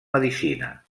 medicina